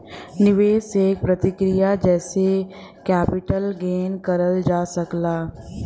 निवेश एक प्रक्रिया जेसे कैपिटल गेन करल जा सकला